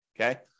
okay